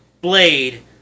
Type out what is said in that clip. blade